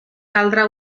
caldrà